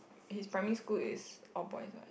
his primary school is all boys